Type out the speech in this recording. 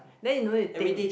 then you no need to think